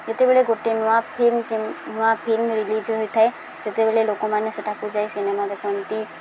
ଯେତେବେଳେ ଗୋଟେ ନୂଆ ଫିଲ୍ମ ନୂଆ ଫିଲ୍ମ ରିଲିଜ୍ ହୋଇଥାଏ ସେତେବେଳେ ଲୋକମାନେ ସେଠାକୁ ଯାଇ ସିନେମା ଦେଖନ୍ତି